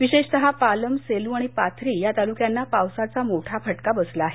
विशेषत पालम सेलू आणि पाथरी या तालुक्यांना पावसाचा मोठा फटका बसला आहे